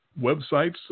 websites